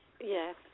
Yes